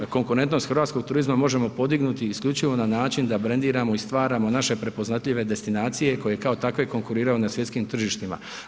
Konkurentnost hrvatskog turizma možemo podignuti isključivo na način da brendiramo i stvaramo naše prepoznatljive destinacije koje kao takve konkuriraju na svjetskim tržištima.